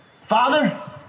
Father